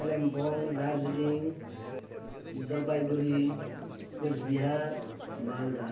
Kalimpong Darjeeling Jalpaiguri Coochbehar Malda